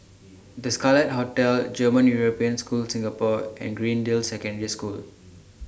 The Scarlet Hotel German European School Singapore and Greendale Secondary School